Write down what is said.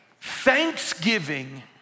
Thanksgiving